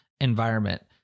environment